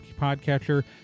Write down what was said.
podcatcher